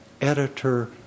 editor